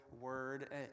word